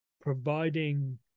providing